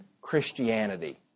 Christianity